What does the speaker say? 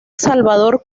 salvador